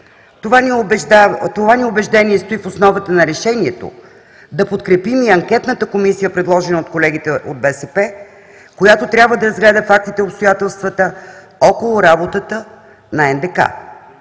Това ни убеждение стои в основата на решението да подкрепим и анкетната комисия, предложена от колегите от БСП, която трябва да разгледа фактите и обстоятелствата около работата на НДК.